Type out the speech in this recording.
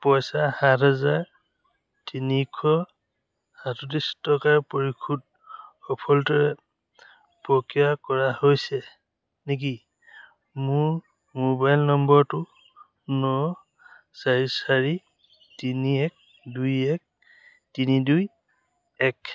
পইচা সাত হাজাৰ তিনিশ সাতত্ৰিছ টকাৰ পৰিশোধ সফলতাৰে প্ৰক্ৰিয়া কৰা হৈছে নেকি মোৰ মোবাইল নম্বৰটো ন চাৰি চাৰি তিনি এক দুই এক তিনি দুই এক